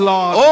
Lord